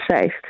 safe